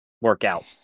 workout